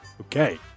Okay